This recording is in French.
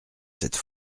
cette